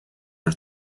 are